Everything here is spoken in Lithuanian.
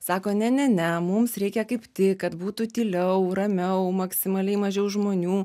sako ne ne ne mums reikia kaip tik kad būtų tyliau ramiau maksimaliai mažiau žmonių